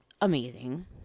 amazing